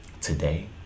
Today